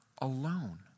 alone